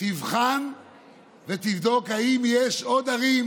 תבחן ותבדוק אם יש עוד ערים